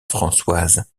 françoise